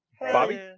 bobby